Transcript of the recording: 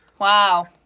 Wow